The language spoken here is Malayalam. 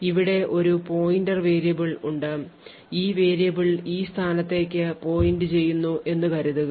ഇവിടെ ഒരു പോയിന്റർ വേരിയബിൾ ഉണ്ട് ഈ വേരിയബിൾ ഈ സ്ഥാനത്തേക്ക് point ചെയ്യുന്നു എന്നു കരുതുക